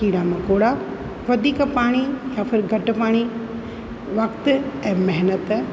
कीड़ा मकोड़ा वधीक पाणी या फिर घटि पाणी वक़्तु ऐं महिनत